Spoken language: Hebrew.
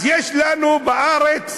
אז יש לנו בארץ,